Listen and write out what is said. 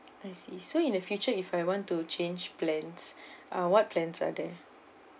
I see so in the future if I want to change plans uh what plans are there